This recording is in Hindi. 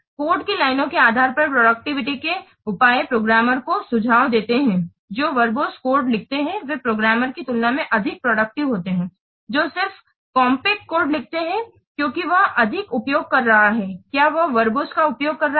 कोड की लाइनों के आधार पर प्रोडक्टिविटी के उपाय प्रोग्रामर को सुझाव देते हैं जो वर्बोस कोड लिखते हैं वे प्रोग्रामर की तुलना में अधिक प्रोडक्टिव होते हैं जो सिर्फ कॉम्पैक्ट कोड लिखते हैं क्योंकि वह अधिक उपयोग कर रहा है क्या वह वर्बोस का उपयोग कर रहा है